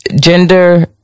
gender